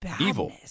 evil